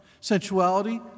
Sensuality